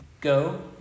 Go